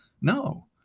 No